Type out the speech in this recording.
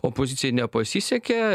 opozicijai nepasisekė